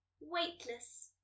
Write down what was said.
weightless